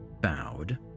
bowed